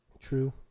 True